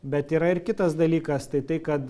bet yra ir kitas dalykas tai tai kad